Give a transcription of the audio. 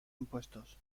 impuestos